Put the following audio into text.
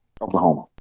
Oklahoma